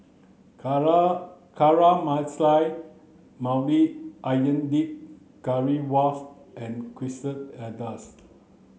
Caramelized Maui Onion Dip Currywurst and Quesadillas